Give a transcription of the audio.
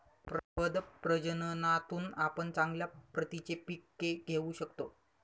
प्रपद प्रजननातून आपण चांगल्या प्रतीची पिके घेऊ शकतो